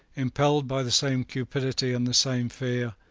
impelled by the same cupidity and the same fear,